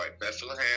Bethlehem